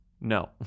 No